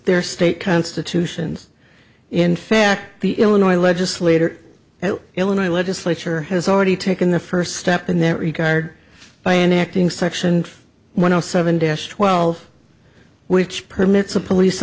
state constitutions in fact the illinois legislator illinois legislature has already taken the first step in that regard by enacting section one hundred seven dash twelve which permits a police